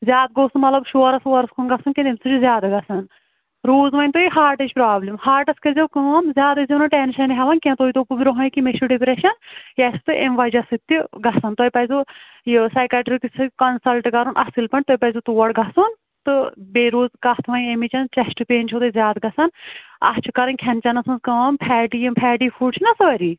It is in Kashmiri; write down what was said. زیادٕ گوٚژھ نہٕ مطلب شورس وورس کُن گژُھن کیٚنٛہہ تمہِ سٍتۍ چھُ زیادٕ گژھان روٗد وۅنۍ تۅہہِ ہاٹٕچ پرٛابلِم ہاٹس کٔرۍزیٚو کٲم زیادٕ ٲسۍ زیٚو نہٕ ٹینٛشن ہیٚوان کیٚنٛہہ تۅہہِ دوٚپوٕ برٛونٛہٕے کہِ مےٚ چھُ ڈِپریشن یہِ آسہِ تۅہہِ امہِ وجہہ سٍتۍ تہِ گژھان تۅہہِ پزوٕ یہِ سایکیٹرٛک کنسلٹ کرُن اصٕل پٲٹھۍ تۅہہِ پزِ تور گژھُن تہٕ بیٚیہِ روٗد کتھ وۅنۍ امِچ چیسٹ پین چھِو تۅہہِ زیادٕ گژھان اتھ چھِ کَرٕنۍ کھیٚن چیٚنس منٛز کٲم فیٹی یِم فیٹی فُڈ چھِنا سٲرِی